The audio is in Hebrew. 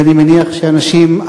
ואני מניח שאנשים,